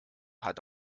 hat